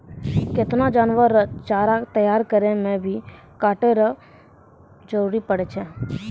केतना जानवर रो चारा तैयार करै मे भी काटै रो जरुरी पड़ै छै